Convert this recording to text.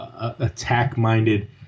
attack-minded